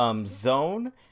Zone